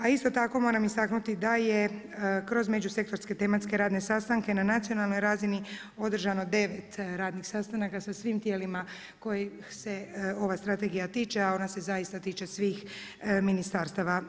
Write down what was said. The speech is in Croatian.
A isto tako, moram istaknuti da je kroz međusektorske tematske radne sastanke na nacionalnoj razini održano 9 radnih sastanaka sa svim tijelima kojih se ova strategija tiče, a ona se zaista tiče svih ministarstava.